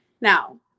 Now